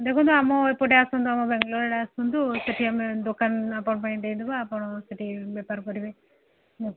ଦେଖନ୍ତୁ ଆମ ଏପଟେ ଆସନ୍ତୁ ଆମ ବାଙ୍ଗଲୋର ଆଡ଼େ ଆସନ୍ତୁ ସେଠି ଆମେ ଦୋକାନ ଆପଣଙ୍କ ପାଇଁ ଦେଇଦେବୁ ଆପଣ ସେଠି ବେପାର କରିବେ